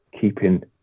keeping